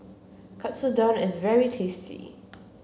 Katsudon is very tasty